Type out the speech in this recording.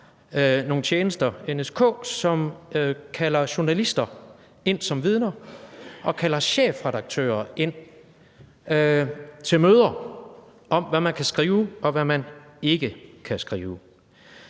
nogle tjenester, her NSK, som kalder journalister ind som vidner og kalder chefredaktører ind til møder om, hvad man kan skrive, og hvad man ikke kan skrive.